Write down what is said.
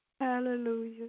hallelujah